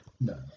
No